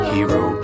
Hero